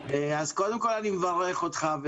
קודם כל, אני מברך אותך.